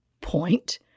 point